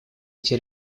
эти